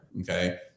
okay